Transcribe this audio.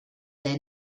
their